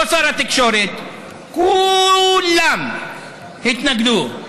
לא שר התקשורת, כולם התנגדו.